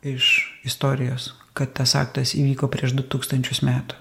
iš istorijos kad tas aktas įvyko prieš du tūkstančius metų